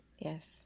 yes